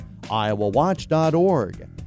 iowawatch.org